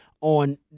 on